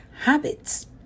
habits